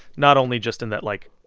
not only just in that, like,